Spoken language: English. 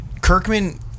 Kirkman